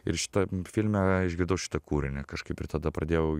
ir šitam filme išgirdau šitą kūrinį kažkaip ir tada pradėjau